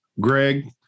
greg